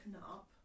up